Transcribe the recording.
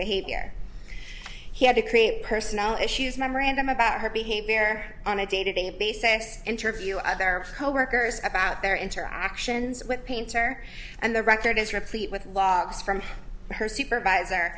behavior he had to create personnel issues memorandum about her behavior on a day to day basis and interview other coworkers about their interactions with painter and the record is replete with logs from her supervisor